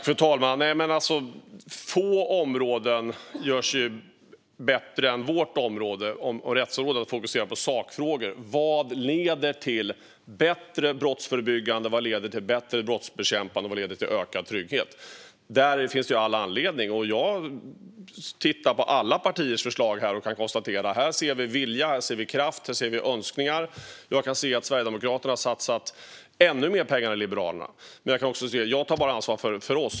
Fru talman! Få områden lämpar sig så bra för fokus på sakfrågor som vårt område, rättsområdet. Vad leder till bättre brottsförebyggande? Vad leder till bättre brottsbekämpning? Vad leder till ökad trygghet? Jag tittar på alla partiers förslag och kan konstatera: Här ser vi vilja, här ser vi kraft, här ser vi önskningar. Jag kan se att Sverigedemokraterna har satsat ännu mer än Liberalerna. Men jag kan också säga att jag bara tar ansvar för oss.